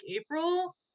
April